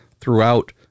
throughout